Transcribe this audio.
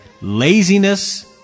laziness